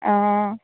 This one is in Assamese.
অঁ